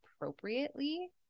appropriately